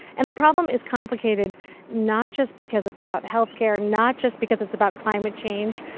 and the problem is complicated not just because it's about health care, not just because it's about climate change,